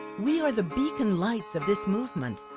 we are the beacon lights of this movement,